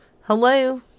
Hello